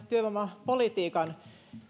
työvoimapolitiikan